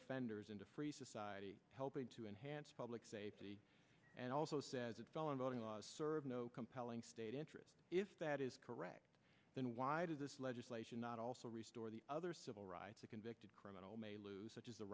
offenders into a free society helping to enhance public safety and also says it's all involving serve no compelling state interest if that is correct then why does this legislation not also restore the other civil rights of convicted criminal may lose such as the